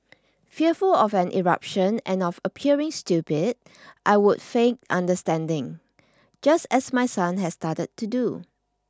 fearful of an eruption and of appearing stupid I would feign understanding just as my son has started to do